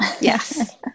Yes